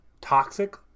toxic